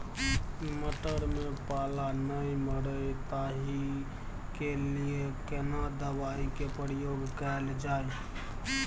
मटर में पाला नैय मरे ताहि के लिए केना दवाई के प्रयोग कैल जाए?